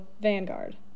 Vanguard